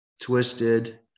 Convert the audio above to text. twisted